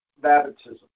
baptism